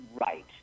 Right